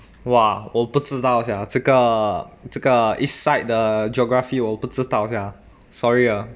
!wah! 我不知道 sia 这个这个 east side 的 geography 我不知道 sia sorry ah